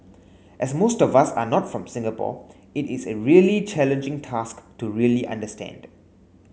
as most of us are not from Singapore it is a really challenging task to really understand